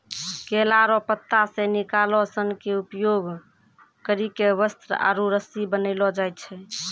केला रो पत्ता से निकालो सन के उपयोग करी के वस्त्र आरु रस्सी बनैलो जाय छै